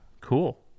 Cool